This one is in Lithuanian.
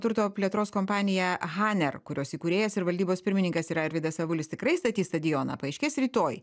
turto plėtros kompanija haner kurios įkūrėjas ir valdybos pirmininkas yra arvydas avulis tikrai statys stadioną paaiškės rytoj